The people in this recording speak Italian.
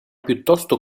piuttosto